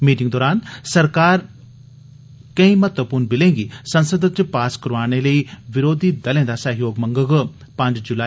meeting दौरान सरकार केई महत्वपूर्ण बिलें गी संसद च पास करोआने लेई बरोधी दलें दा सैह्योग मंग्गोग